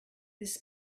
this